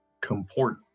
comport